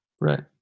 Right